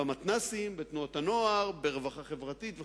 במתנ"סים, בתנועות הנוער, ברווחה חברתית וכדומה,